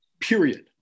period